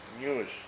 news